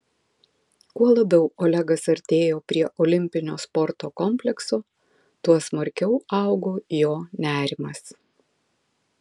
kuo labiau olegas artėjo prie olimpinio sporto komplekso tuo smarkiau augo jo nerimas